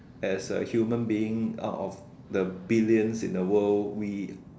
as a human being out of the billions in the world we